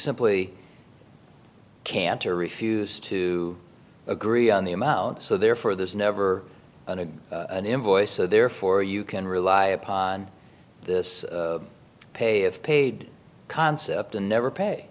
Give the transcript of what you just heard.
simply cantor refused to agree on the amount so therefore there's never an invoice so therefore you can rely upon this pay of paid concept and never pay